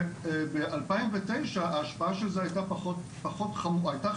ב-2009 ההשפעה של זה הייתה חמורה,